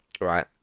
right